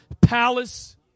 palace